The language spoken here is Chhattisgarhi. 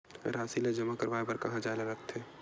राशि ला जमा करवाय बर कहां जाए ला लगथे